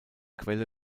quelle